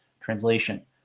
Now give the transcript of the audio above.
translation